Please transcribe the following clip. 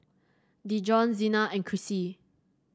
Dijon Zina and Krissy